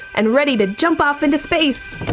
and ready to jump off into space.